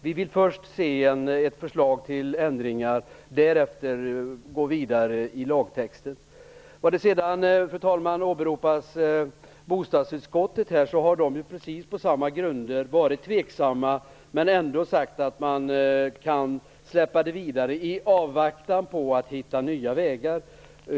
Vi vill först se ett förslag till ändringar och därefter gå vidare i lagtexten. Fru talman! Vidare åberopas här bostadsutskottet, som på i princip samma grunder varit tveksamt men ändå sagt att man kan acceptera förslaget i avvaktan på att man hittar nya vägar.